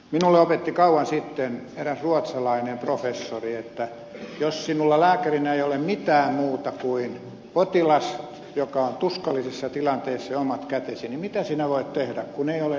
minulle opetti kauan sitten eräs ruotsalainen professori että jos sinulla lääkärinä ei ole mitään muuta kuin potilas joka on tuskallisessa tilanteessa ja omat kätesi niin mitä sinä voit tehdä kun ei ole edes lääkkeitä